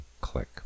click